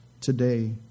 today